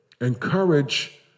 encourage